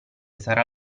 sarà